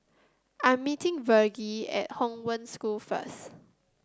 I'm meeting Virge at Hong Wen School first